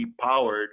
powered